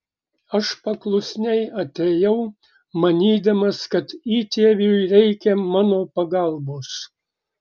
aš paklusniai atėjau manydamas kad įtėviui reikia mano pagalbos